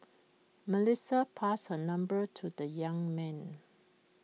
Melissa passed her number to the young man